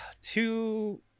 Two